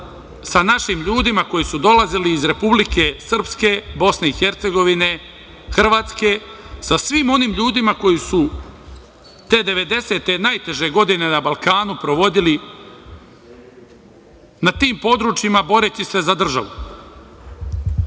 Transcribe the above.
sa našim ljudima koji su dolazili iz Republike Srpske, Bosne i Hercegovine, Hrvatske, sa svim onim ljudima koji su te devedesete, najteže godine na Balkanu, provodili na tim područjima boreći se za državu,